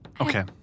Okay